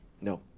No